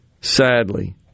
Sadly